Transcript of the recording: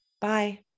Bye